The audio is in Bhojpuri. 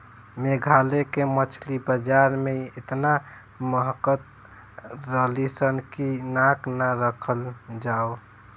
मेघालय के मछली बाजार में एतना महकत रलीसन की नाक ना राखल जाओ